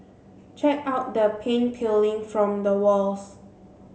check out the paint peeling from the walls